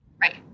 Right